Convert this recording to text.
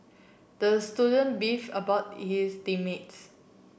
the student beef about his team mates